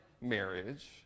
marriage